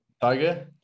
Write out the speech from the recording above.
Tiger